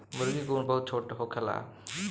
मूर्गी के उम्र बहुत छोट होखेला